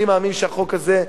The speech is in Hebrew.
אני מאמין שהחוק הזה,